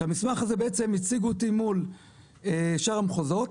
שהמסמך הזה בעצם הציג אותי מול שאר המחוזות,